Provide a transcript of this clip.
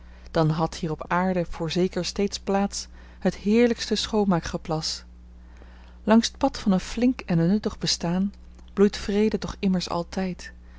dan had hier op aarde voorzeker steeds plaats het heerlijkste schoonmaakgeplas langs t pad van een flink en een nuttig bestaan bloeit vrede toch immers altijd